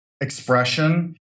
expression